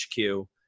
HQ